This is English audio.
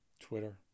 Twitter